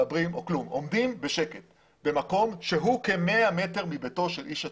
מדברים אלא עומדים בשקט במקום שהוא כ-100 מטרים מביתו של איש הציבור.